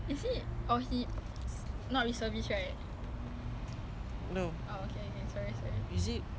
kat kepala botak tu